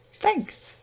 Thanks